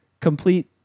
complete